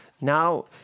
Now